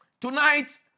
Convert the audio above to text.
Tonight